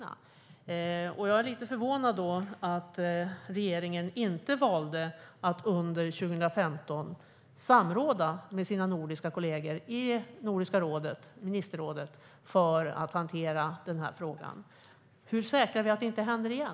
Jag är därför lite förvånad att regeringen inte valde att under 2015 samråda med sina nordiska kollegor i Nordiska ministerrådet för att hantera frågan. Jag frågar mig hur vi säkerställer att det inte händer igen.